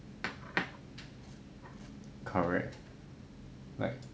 correct like